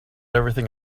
everything